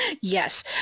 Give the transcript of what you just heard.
Yes